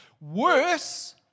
Worse